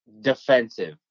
defensive